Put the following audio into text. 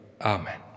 Amen